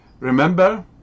Remember